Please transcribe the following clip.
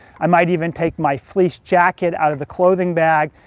i might even take my fleece jacket out of the clothing bag.